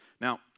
Now